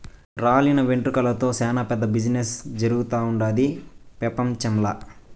రాలిన వెంట్రుకలతో సేనా పెద్ద బిజినెస్ జరుగుతుండాది పెపంచంల